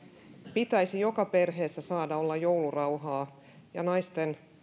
pitäisi saada olla joulurauhaa joka perheessä ja naisten